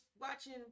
watching